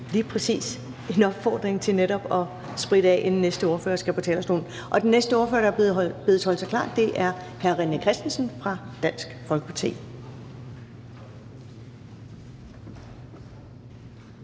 skal lyde en opfordring til at spritte af, inden næste ordfører skal på talerstolen. Den næste ordfører, der bedes holde sig klar, er hr. René Christensen fra Dansk Folkeparti.